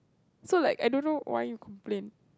so like I don't know why you complain